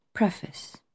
Preface